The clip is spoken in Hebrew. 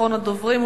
אחרון הדוברים.